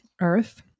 Earth